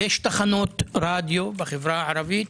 ויש תחנות רדיו בחברה הערבית.